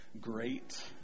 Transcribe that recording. great